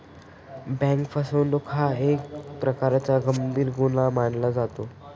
bank फसवणूक हा एक प्रकारचा गंभीर गुन्हा मानला जातो